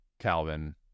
Calvin